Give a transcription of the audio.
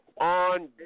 on